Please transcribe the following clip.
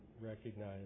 recognize